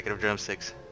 drumsticks